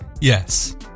Yes